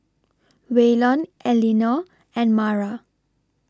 Waylon Elinor and Mara